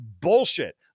bullshit